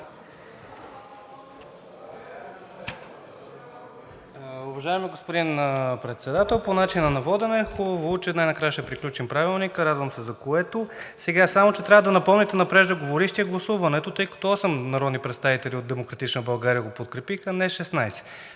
Уважаеми господин Председател, по начина на водене. Хубаво е, че най-накрая ще приключим Правилника, радвам се за което. Сега само че трябва да напомните на преждеговорившия гласуването, тъй като осем народни представители от „Демократична България“ го подкрепиха, а не 16